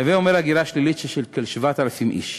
הווי אומר הגירה שלילית של כ-7,000 איש.